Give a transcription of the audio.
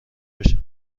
بشم